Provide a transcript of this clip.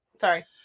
Sorry